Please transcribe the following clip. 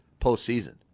postseason